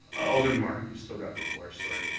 alderman mar, you've still got the floor. sorry.